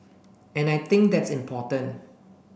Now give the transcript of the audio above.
and I think that's important